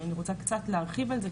אני רוצה קצת להרחיב על זה,